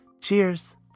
Cheers